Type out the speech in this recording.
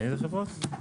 אילו חברות?